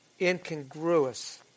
incongruous